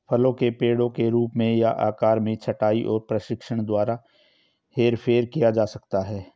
फलों के पेड़ों के रूप या आकार में छंटाई और प्रशिक्षण द्वारा हेरफेर किया जा सकता है